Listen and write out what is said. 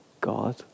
God